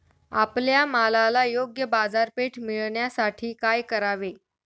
आपल्या मालाला योग्य बाजारपेठ मिळण्यासाठी काय करावे?